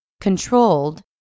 controlled